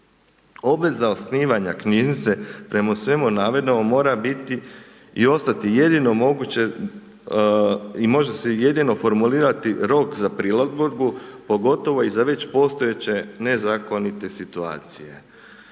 Obveza osnivanja knjižnice prema svemu navedenom mora biti i ostati jedino moguće i može se jedino formulirati rok za prilagodbu pogotovo i za već postojeće nezakonite situacije.